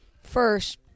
First